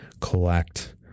collect